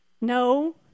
No